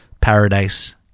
paradise